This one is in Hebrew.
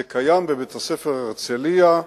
זה קיים בבית-הספר "הרצליה"